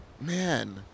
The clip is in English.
man